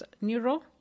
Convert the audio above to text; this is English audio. Neuro